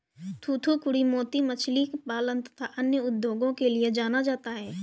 थूथूकुड़ी मोती मछली पालन तथा अन्य उद्योगों के लिए जाना जाता है